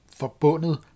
forbundet